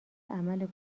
عمل